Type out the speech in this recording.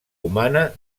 humana